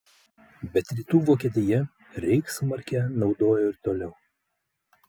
bet rytų vokietija reichsmarkę naudojo ir toliau